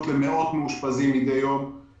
שבמוסדות הסיעודיים יש 8,000 עובדים זרים